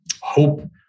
hope